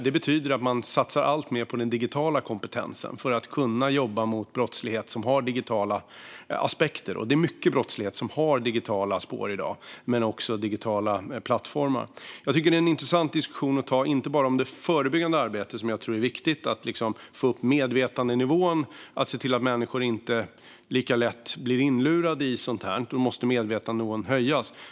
Det betyder att man satsar alltmer på den digitala kompetensen för att kunna jobba mot brottslighet som har digitala aspekter. Det är mycket brottslighet som har digitala spår i dag men också digitala plattformar. Jag tycker att det är en intressant diskussion att ta inte bara om det förebyggande arbetet, som jag tror att det är viktigt att få upp medvetandenivån om. Man ska se till att människor inte lika lätt blir inlurade i sådant här, och då måste medvetandenivån höjas.